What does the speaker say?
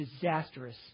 disastrous